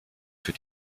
für